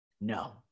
No